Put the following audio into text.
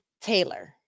Taylor